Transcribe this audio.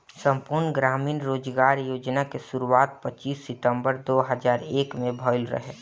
संपूर्ण ग्रामीण रोजगार योजना के शुरुआत पच्चीस सितंबर दो हज़ार एक में भइल रहे